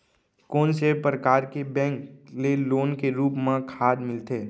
कोन से परकार के बैंक ले लोन के रूप मा खाद मिलथे?